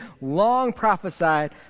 long-prophesied